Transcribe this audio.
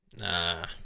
nah